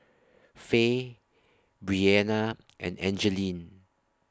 Fay Breana and Angeline